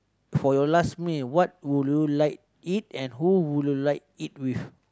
for your last meal what would you like eat and who would you like eat with